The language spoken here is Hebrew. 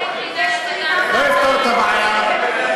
לא יפתור את הבעיה.